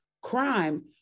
crime